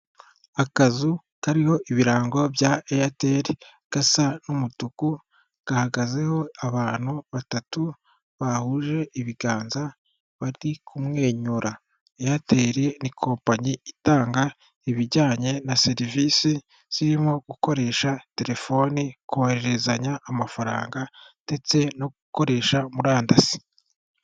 Akazu kariho ibirango bya eyateri gasa n'umutuku gahagazeho abantu batatu bahuje ibiganza bari kumwenyura. Eyateri ni kompanyi itanga ibijyanye na serivisi zirimo gukoresha telefoni, kohererezanya amafaranga ndetse no gukoresha murandasi.